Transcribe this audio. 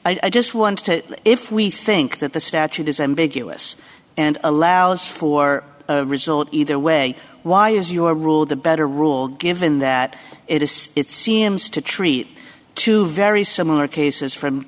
i just want to if we think that the statute is ambiguous and allows for a result either way why is your rule the better rule given that it is it seems to treat two very similar cases from